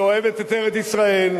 שאוהבת את ארץ-ישראל,